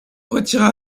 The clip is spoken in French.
retira